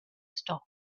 stop